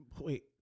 Wait